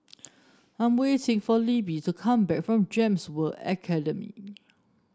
I'm waiting for Libbie to come back from Gems World Academy